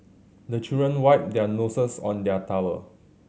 the children wipe their noses on their towel